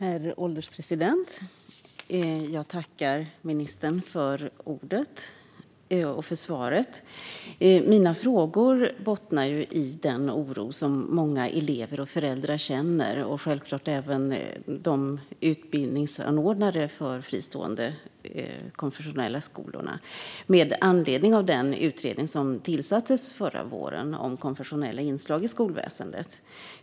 Herr ålderspresident! Jag tackar ministern för svaret. Mina frågor bottnar i den oro som många elever och föräldrar känner, och självklart även utbildningsanordnare i fristående konfessionella skolor, med anledning av den utredning som tillsattes förra våren om konfessionella inslag i skolväsendet.